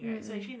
mm mm